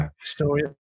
story